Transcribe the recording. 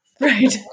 Right